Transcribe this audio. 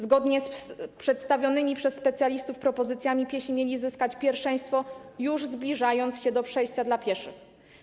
Zgodnie z przedstawionymi przez specjalistów propozycjami piesi mieli zyskać pierwszeństwo już w momencie zbliżania się do przejścia dla pieszych.